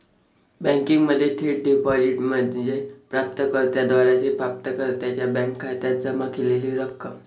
बँकिंगमध्ये थेट डिपॉझिट म्हणजे प्राप्त कर्त्याद्वारे प्राप्तकर्त्याच्या बँक खात्यात जमा केलेली रक्कम